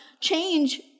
change